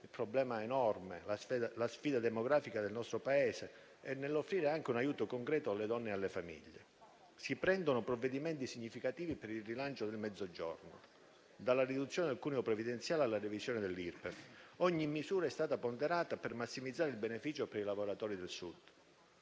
un problema enorme, la sfida demografica del nostro Paese, e nell'offrire anche un aiuto concreto alle donne e alle famiglie. Si prendono provvedimenti significativi per il rilancio del Mezzogiorno, dalla riduzione del cuneo previdenziale alla revisione dell'Irpef. Ogni misura è stata ponderata per massimizzare il beneficio per i lavoratori del Sud.